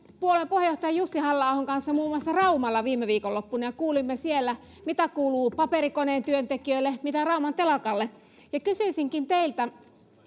puheenjohtaja jussi halla ahon kanssa muun muassa raumalla viime viikonloppuna ja kuulimme siellä mitä kuuluu paperikoneen työntekijöille mitä rauman telakalle kysyisinkin teiltä